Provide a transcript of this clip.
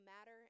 matter